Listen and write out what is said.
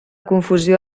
confusió